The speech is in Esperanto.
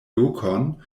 lokon